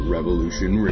Revolution